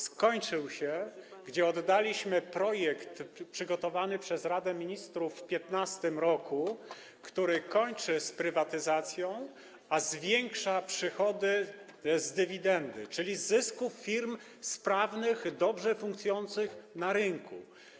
Skończył się, oddaliśmy projekt przygotowany przez Radę Ministrów w 2015 r., który kończy z prywatyzacją, a zwiększa przychody z dywidendy, czyli z zysków firm sprawnych, dobrze funkcjonujących na rynku.